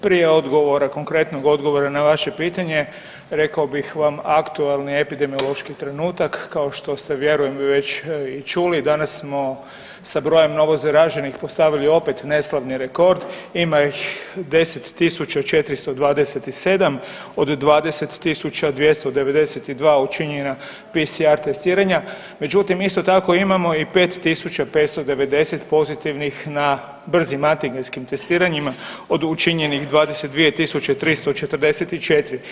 Prije odgovora konkretnog odgovora na vaše pitanje rekao bih vam aktualni epidemiološki trenutak kao što ste vjerujem već i čuli danas smo sa brojem novo zaraženih postavili opet neslavni rekord, ima ih 10.427 od 20.292 učinjena PCR testiranja, međutim isto tako imamo i 5.590 pozitivnih na brzim antigenskim testiranjima od učinjenih 22.344.